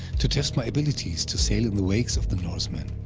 to test my abilities to sail in the wakes of the norseman.